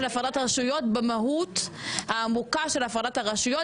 הפרדת רשויות במהות העמוקה של הפרדת הרשויות,